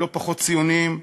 ולא פחות ציוניים,